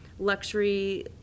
Luxury